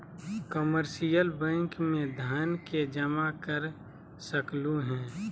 commercial bank में धन के जमा कर सकलु हें